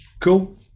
Cool